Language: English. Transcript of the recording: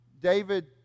David